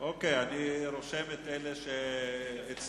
אני רושם את אלה שהצטרפו,